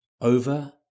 over